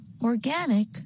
Organic